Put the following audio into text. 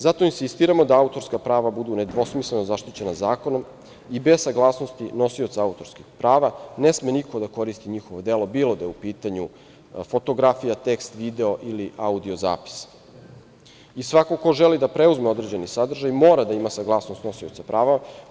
Zato insistiramo da autorska prava budu nedvosmisleno zaštićena zakonom i bez saglasnosti nosioca autorskih prava ne sme niko da koristi njihovo delo, bilo da je u pitanju fotografija, tekst, video ili audio zapis i svako ko želi da preuzme određeni sadržaj mora da ima saglasnost nosioca prava.